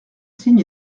signe